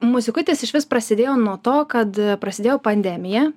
muzikutis išvis prasidėjo nuo to kad prasidėjo pandemija